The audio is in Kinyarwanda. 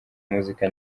muzika